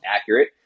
accurate